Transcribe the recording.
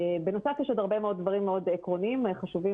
בנוסף יש עוד הרבה מאוד דברים עקרוניים וחשובים